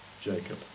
Jacob